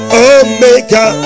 omega